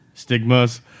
stigmas